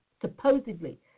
supposedly